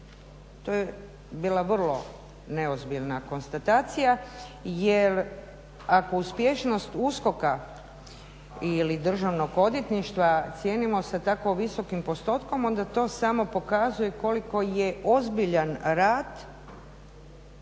To je bila vrlo neozbiljna konstatacija jer ako uspješnost USKOK-a ili Državnog odvjetništva cijenimo sa tako visokim postotkom onda to samo pokazuje koliko je ozbiljan rad